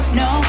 no